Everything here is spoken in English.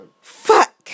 Fuck